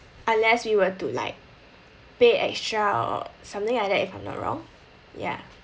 unless we were to like pay extra or something like that if I'm not wrong ya